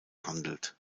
handelt